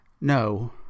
No